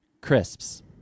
crisps